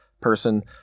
person